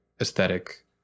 aesthetic